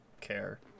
care